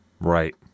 Right